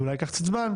זה אולי ייקח קצת זמן,